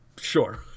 Sure